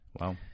Wow